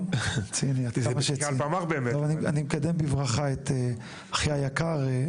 אני מקדם בברכה את אחי היקר,